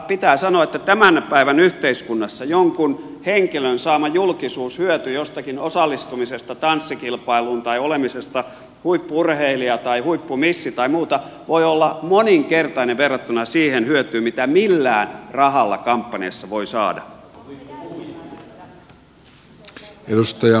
pitää sanoa että tämän päivän yhteiskunnassa jonkun henkilön saama julkisuushyöty jostakin osallistumisesta tanssikilpailuun tai olemisesta huippu urheilija tai huippumissi tai muuta voi olla moninkertainen verrattuna siihen hyötyyn mitä millään rahalla kampanjassa voi saada